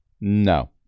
No